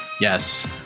Yes